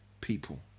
people